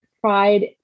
pride